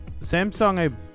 Samsung